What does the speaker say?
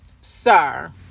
sir